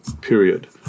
period